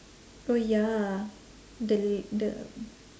orh ya the the